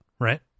right